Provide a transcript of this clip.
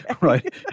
right